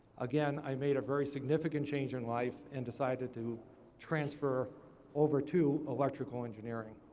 again, i made a very significant change in life, and decided to transfer over to electrical engineering.